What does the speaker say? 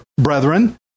brethren